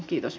kiitos